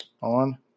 on